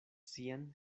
sian